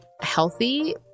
healthy